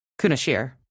Kunashir